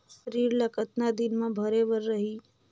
ऋण ला कतना दिन मा भरे बर रही?